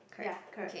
ya correct